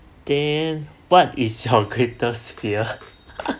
then what is your greatest fear